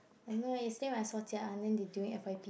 I don't know eh yesterday when I saw Jia-An then they doing F_Y_P